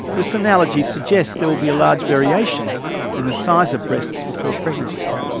this analogy suggests there will be a large variation in the size of breasts before pregnancy.